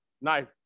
knife